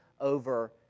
over